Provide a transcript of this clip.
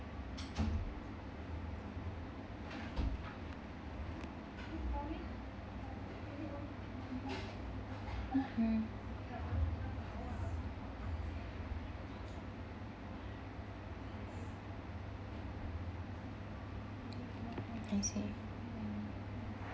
mmhmm I see